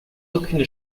aucune